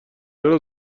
چرا